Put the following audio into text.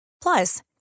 Plus